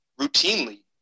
routinely